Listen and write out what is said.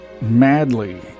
madly